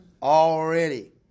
Already